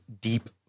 deep